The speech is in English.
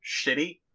shitty